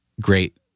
great